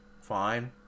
Fine